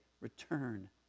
return